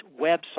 website